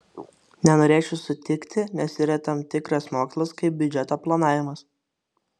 nenorėčiau sutikti nes yra tam tikras mokslas kaip biudžeto planavimas